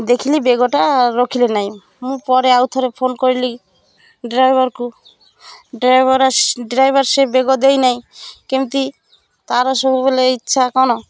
ଦେଖିଲି ବ୍ୟାଗ୍ଟା ରଖିଲେ ନାହିଁ ମୁଁ ପରେ ଆଉ ଥରେ ଫୋନ କଲିି ଡ୍ରାଇଭର୍କୁ ଡ୍ରାଇଭର୍ ଡ୍ରାଇଭର୍ ସେ ବ୍ୟାଗ୍ ଦେଇ ନାହିଁ କେମିତି ତା'ର ସବୁବେଳେ ଇଚ୍ଛା କ'ଣ